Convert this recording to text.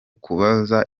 kubaza